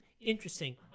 interesting